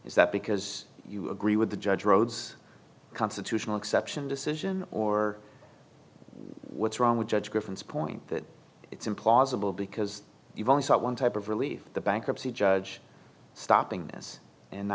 is that because you agree with the judge rhodes constitutional exception decision or what's wrong with judge griffin's point that it's implausible because you've only got one type of relief the bankruptcy judge stopping this and